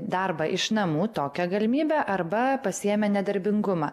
darbą iš namų tokią galimybę arba pasiėmė nedarbingumą